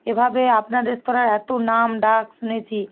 এভাবে আপনার রেস্তরাঁর এত নাম ডাক শুনেছি